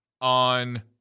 on